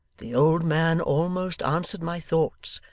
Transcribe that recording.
the old man almost answered my thoughts,